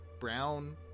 brown